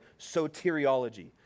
soteriology